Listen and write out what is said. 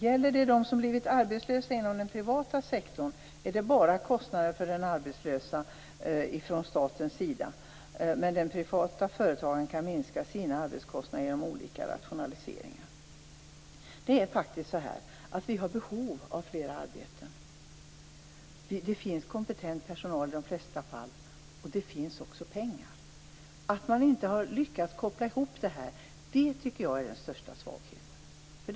Gäller det dem som har blivit arbetslösa inom den privata sektorn är det bara kostnader för den arbetslöse från statens sida, men den privata företagaren kan minska sina arbetskostnader genom olika rationaliseringar. Vi har faktiskt behov av flera arbeten. Det finns kompetent personal i de flesta fall, och det finns också pengar. Att man inte har lyckats koppla ihop detta tycker jag är den största svagheten.